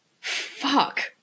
fuck